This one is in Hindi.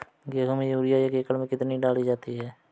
गेहूँ में यूरिया एक एकड़ में कितनी डाली जाती है?